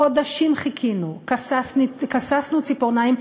חודשים חיכינו, כססנו ציפורניים,